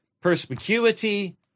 perspicuity